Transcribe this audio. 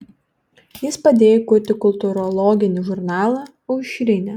jis padėjo įkurti kultūrologinį žurnalą aušrinė